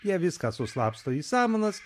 jie viską suslapsto į samanas